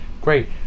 Great